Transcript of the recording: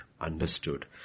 understood